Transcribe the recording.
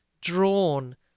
drawn